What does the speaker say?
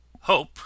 hope